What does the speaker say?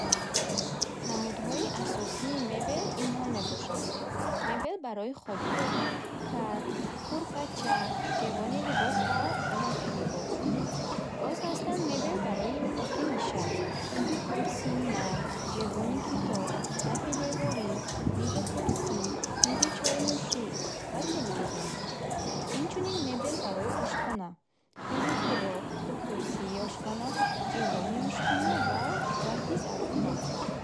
Намудҳои асосии мебел инхо мебошанд. Мебел барои хобгоҳ: кат, курпача, ҷевони либос ва рафи либос. Боз хастанд мебел барои утоқи нишаст: курсии нарм, ҷевони китоб, рафи деворӣ, мизу курсӣ, мизи чойнӯшӣ ва телевизион. Инчунин мебел барои ошхона: мизи хурок, курсии ошхона, чевони ошхона ва рафи зарфҳо.